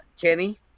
kenny